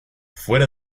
fuera